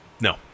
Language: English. No